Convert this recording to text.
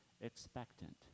expectant